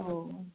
अ